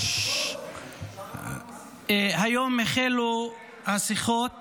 היום החלו השיחות